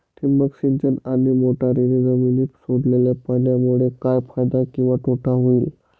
ठिबक सिंचन आणि मोटरीने जमिनीत सोडलेल्या पाण्यामुळे काय फायदा किंवा तोटा होईल?